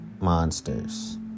monsters